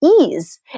ease